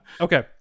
Okay